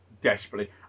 desperately